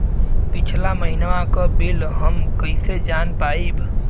पिछला महिनवा क बिल हम कईसे जान पाइब?